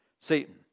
Satan